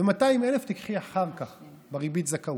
ו-200,000 תיקחי אחר כך בריבית זכאות.